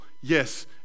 Yes